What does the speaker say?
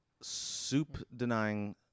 soup-denying